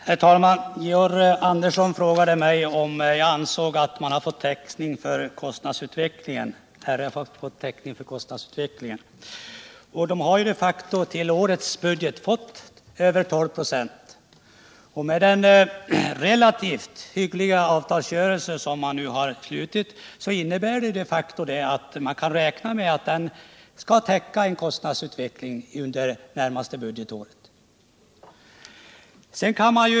Herr talman! Georg Andersson frågade mig om jag ansåg att Riksidrottsförbundet fått täckning för kostnadsutvecklingen. RF har de facto i årets budget fått över 12 96. Med den relativt hyggliga avtalsuppgörelse som nu har träffats innebär det att man kan räkna med att kostnadsökningarna under det närmaste budgetåret täcks.